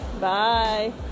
Bye